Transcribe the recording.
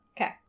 Okay